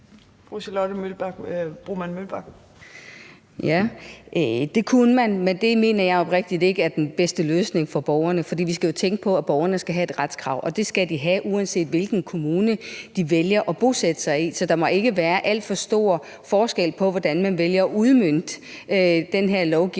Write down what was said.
det kunne man, men det mener jeg oprigtigt talt ikke er den bedste løsning for borgerne, for vi skal jo tænke på, at borgerne skal have et retskrav, og det skal de have, uanset hvilken kommune de vælger at bosætte sig i. Så der må ikke være alt for stor forskel på, hvordan man vælger at udmønte den her lovgivning.